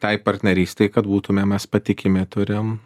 tai partnerystei kad būtume mes patikimi turim